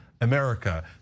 America